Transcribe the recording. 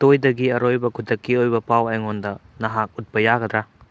ꯇꯣꯏꯗꯒꯤ ꯑꯔꯣꯏꯕ ꯈꯨꯗꯛꯀꯤ ꯑꯣꯏꯕ ꯄꯥꯎ ꯑꯩꯉꯣꯟꯗ ꯅꯍꯥꯛ ꯎꯠꯄ ꯌꯥꯒꯗ꯭ꯔꯥ